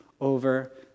over